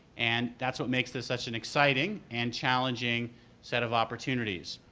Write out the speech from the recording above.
and that's what makes this such an exciting and challenging set of opportunities.